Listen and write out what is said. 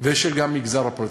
וגם של המגזר הפרטי.